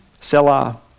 Selah